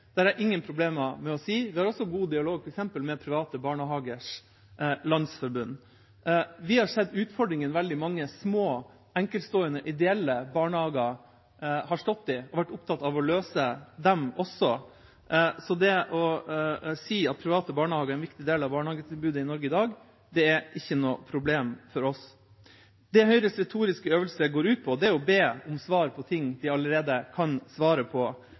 ingen problem med å si. Vi har også god dialog med f.eks. Private Barnehagers Landsforbund. Vi har sett utfordringene veldig mange små, enkeltstående ideelle barnehager har stått i, og har vært opptatt av å løse dem også. Så det så si at private barnehager er en viktig del av barnehagetilbudet i Norge i dag, er ikke noe problem for oss. Det Høyres retoriske øvelse går ut på, er å be om svar på ting de allerede kan svaret på,